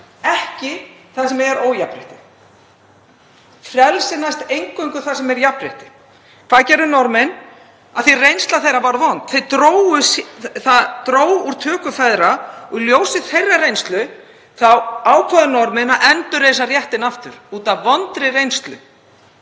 ekki þar sem er ójafnrétti. Frelsi næst eingöngu þar sem er jafnrétti. Hvað gerðu Norðmenn? Reynsla þeirra var vond. Það dró úr töku feðra og í ljósi þeirrar reynslu ákváðu þeir að endurreisa réttinn, út af vondri reynslu,